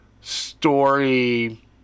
story